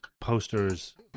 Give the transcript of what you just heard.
posters